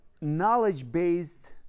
knowledge-based